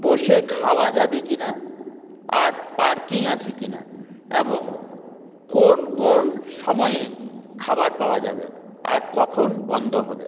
বসে খাওয়া যাবে কি না আর পার্কিং আছে কি না এবং কোন কোন সময়ে খাবার পাওয়া যাবে আর কখন বন্ধ হবে